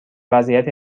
وضعیت